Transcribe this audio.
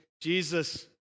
Jesus